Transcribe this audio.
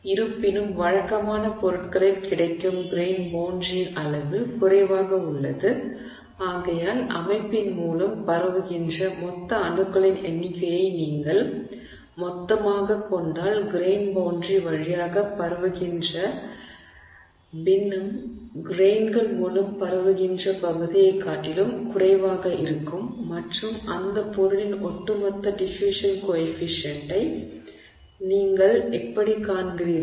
இருப்பினும் வழக்கமான பொருட்களில் கிடைக்கும் கிரெய்ன் பௌண்டரியின் அளவு குறைவாக உள்ளது ஆகையால் அமைப்பின் மூலம் பரவுகின்ற மொத்த அணுக்களின் எண்ணிக்கையை நீங்கள் மொத்தமாகக் கொண்டால் கிரெய்ன் பௌண்டரி வழியாக பரவுகின்ற பின்னம் கிரெய்ன்கள் மூலம் பரவுகின்ற பகுதியைக் காட்டிலும் குறைவாக இருக்கும் மற்றும் அந்த பொருளின் ஒட்டுமொத்த டிஃபுயூஷன் கோயெஃபிஷியன்ட்டை நீங்கள் எப்படிக் காண்கிறீர்கள்